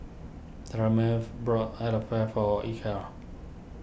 Tremaine bought Falafel for Ike